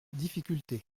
difficultés